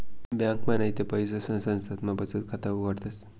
ब्यांकमा नैते पैसासना संस्थामा बचत खाता उघाडतस